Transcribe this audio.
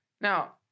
Now